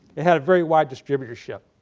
they had a very wide distributorship.